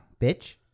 bitch